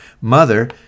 mother